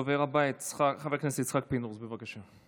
הדובר הבא, חבר הכנסת יצחק פינדרוס, בבקשה.